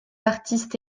artiste